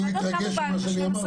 היושב-ראש אפילו התרגש ממה שאמרתי.